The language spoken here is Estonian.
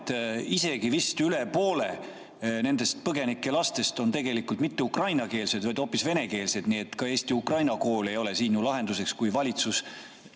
et isegi vist üle poole põgenike lastest ei ole tegelikult mitte ukrainakeelsed, vaid on hoopis venekeelsed. Nii et ka eesti-ukraina kool ei ole siin lahenduseks, kui valitsus